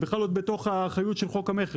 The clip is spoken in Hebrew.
זה בכלל לא בתוך האחריות של חוק המכר.